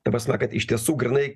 ta prasme kad iš tiesų grynai